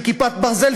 של "כיפת ברזל",